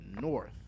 north